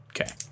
Okay